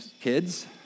kids